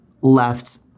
left